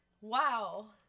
Wow